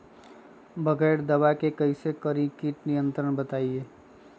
बगैर दवा के कैसे करें कीट पर नियंत्रण बताइए?